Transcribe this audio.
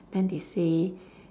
then they say